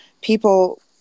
people